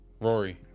Rory